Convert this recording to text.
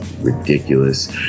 ridiculous